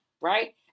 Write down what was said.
right